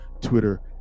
Twitter